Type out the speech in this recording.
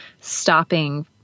stopping